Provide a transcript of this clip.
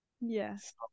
yes